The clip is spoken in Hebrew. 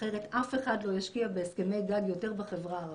אחרת אף אחד לא ישקיע בהסכמי גג יותר בחברה הערבית.